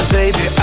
baby